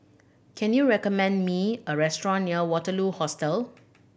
can you recommend me a restaurant near Waterloo Hostel